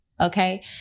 Okay